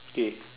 okay